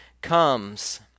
comes